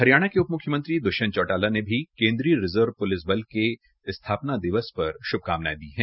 हरियाणा के उप मुख्यमंत्री दुष्यंत चौटाला ने भी केन्द्रीय रिजर्व पुलिस बल के स्थापना दिवस पर शुभकामनयें दी है